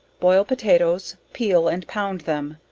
boil potatoes, peal and pound them,